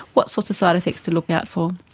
what sorts of side effects to look out for?